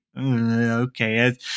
okay